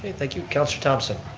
thank you. councillor thomson.